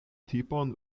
tipon